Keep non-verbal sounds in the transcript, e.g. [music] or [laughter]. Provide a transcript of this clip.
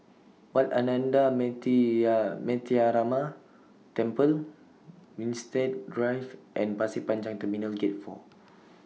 Wat Ananda [unintelligible] Metyarama Temple Winstedt Drive and Pasir Panjang Terminal Gate four